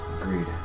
Agreed